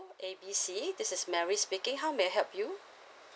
A B C this is mary speaking how may I help you